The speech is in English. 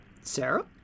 Sarah